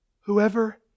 whoever